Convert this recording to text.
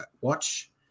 watch